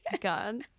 God